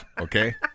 okay